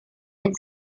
and